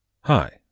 hi